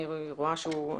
אני רואה שהוא,